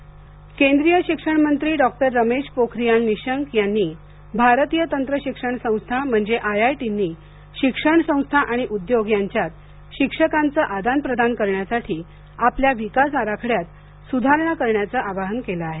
निशंक केंद्रीय शिक्षणमंत्री डॉक्टर रमेश पोखरियाल निशंक यांनीभारतीय तंत्रशिक्षण संस्था म्हणजे आयआयटींनी शिक्षणसंस्था आणि उद्योग यांच्यात शिक्षकांचं आदानप्रदान करण्यासाठी आपल्या विकास आराखड्यात सुधारणा करण्याचं आवाहन केलं आहे